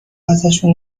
ازشون